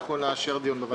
אנחנו נאשר דיון בוועדה.